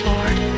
Lord